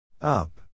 Up